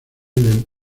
del